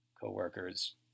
co-worker's